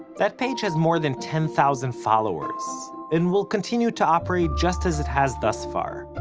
that page has more than ten thousand followers and will continue to operate just as it has thus far.